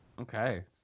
Okay